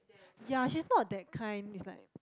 ya she's not that kind it's like